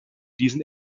diesen